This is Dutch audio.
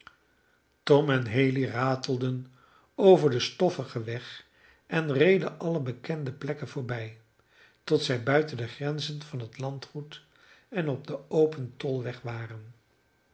tom en haley ratelden over den stoffigen weg en reden alle bekende plekken voorbij tot zij buiten de grenzen van het landgoed en op den open tolweg waren